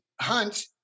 Hunt